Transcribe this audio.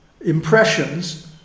impressions